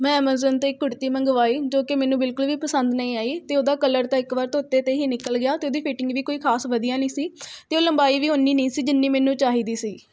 ਮੈਂ ਐਮਾਜ਼ੋਨ ਤੋਂ ਇੱਕ ਕੁੜਤੀ ਮੰਗਵਾਈ ਜੋ ਕਿ ਮੈਨੂੰ ਬਿਲਕੁਲ ਵੀ ਪਸੰਦ ਨਹੀਂ ਆਈ ਅਤੇ ਉਹਦਾ ਕਲਰ ਤਾਂ ਇੱਕ ਵਾਰ ਧੋਤੇ 'ਤੇ ਹੀ ਨਿਕਲ ਗਿਆ ਅਤੇ ਉਹਦੀ ਫ਼ਿਟਿੰਗ ਵੀ ਕੋਈ ਖਾਸ ਵਧੀਆ ਨਹੀਂ ਸੀ ਅਤੇ ਉਹ ਲੰਬਾਈ ਵੀ ਉਨੀ ਨਹੀਂ ਸੀ ਜਿੰਨੀ ਮੈਨੂੰ ਚਾਹੀਦੀ ਸੀ